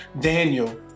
Daniel